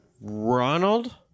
Ronald